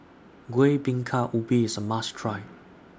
Kueh Bingka Ubi IS A must Try